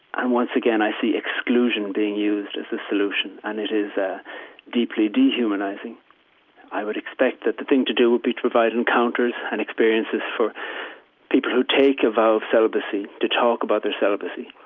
and once again i see exclusion being used as a solution and it is a deeply dehumanizing i would expect that the thing to do would be to provide encounters and experiences for people who take a vow of celibacy to talk about their celibacy,